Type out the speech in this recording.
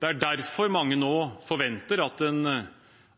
Det er derfor mange nå forventer at en